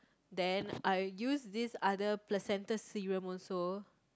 then I use this other placentas serum also